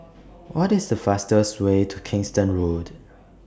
What IS The fastest Way to Kingston